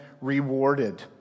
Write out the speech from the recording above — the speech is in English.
rewarded